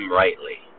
rightly